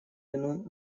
вину